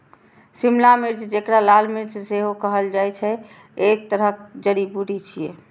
शिमला मिर्च, जेकरा लाल मिर्च सेहो कहल जाइ छै, एक तरहक जड़ी बूटी छियै